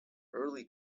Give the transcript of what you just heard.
early